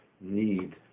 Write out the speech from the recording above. need